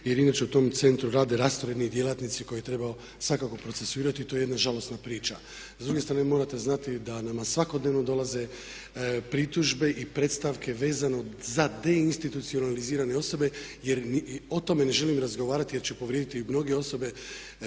jer inače u tom centru rade rastrojeni djelatnici koje treba svakako procesuirati i to je jedna žalosna priča. S druge strane morate znati da nama svakodnevno dolaze pritužbe i predstavke vezano za deinstitucionalizirane osobe jer o tome ne želim razgovarati jer ću povrijediti mnoge osobe.